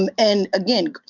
um and again,